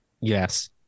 Yes